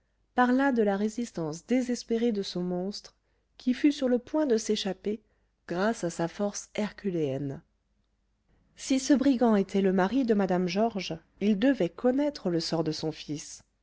parla de la résistance désespérée de ce monstre qui fut sur le point de s'échapper grâce à sa force herculéenne si ce brigand était le mari de mme georges il devait connaître le sort de son fils